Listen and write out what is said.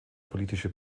politische